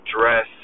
dress